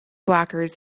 blockers